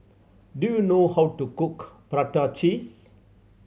do you know how to cook prata cheese